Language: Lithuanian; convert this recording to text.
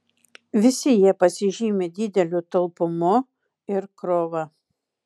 visi jie pasižymi dideliu talpumu ir krova